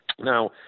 now